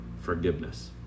forgiveness